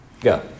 Go